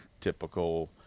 typical